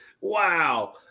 Wow